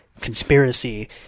conspiracy